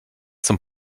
zum